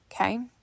Okay